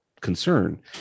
concern